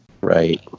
right